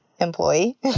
employee